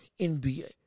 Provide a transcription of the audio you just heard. NBA